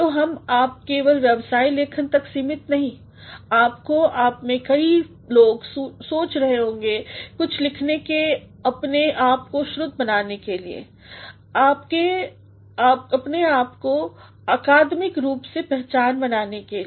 तो हम आप केवल व्यवसाय लेखन तक सीमित नहीं आपको आप में से कई लोग सोच रहे होंगे कुछ लिखने का अपने आपको श्रुत बनाने के लिए आपके आपको अकादमिक रूप में पहचाने जाने के लिए